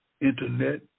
internet